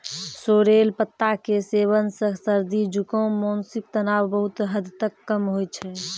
sorrel पत्ता के सेवन सॅ सर्दी, जुकाम, मानसिक तनाव बहुत हद तक कम होय छै